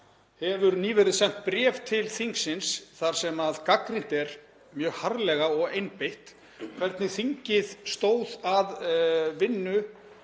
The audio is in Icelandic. hefur nýverið sent bréf til þingsins þar sem gagnrýnt er mjög harðlega og einbeitt hvernig þingið stóð að vinnu